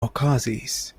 okazis